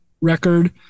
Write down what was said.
record